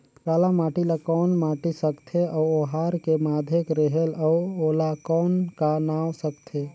काला माटी ला कौन माटी सकथे अउ ओहार के माधेक रेहेल अउ ओला कौन का नाव सकथे?